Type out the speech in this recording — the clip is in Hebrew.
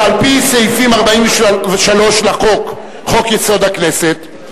שעל-פי סעיף 43 לחוק-יסוד: הכנסת,